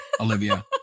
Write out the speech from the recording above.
Olivia